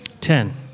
Ten